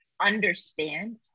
understand